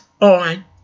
on